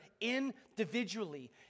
individually